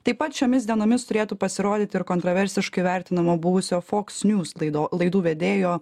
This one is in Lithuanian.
taip pat šiomis dienomis turėtų pasirodyti ir kontroversiškai vertinamo buvusio foks njūs laido laidų vedėjo